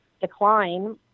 decline